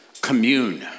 commune